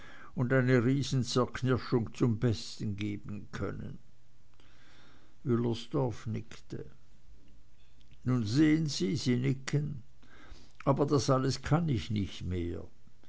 und eine riesenzerknirschung zum besten geben können wüllersdorf nickte nun sehen sie sie nicken aber das alles kann ich nicht mehr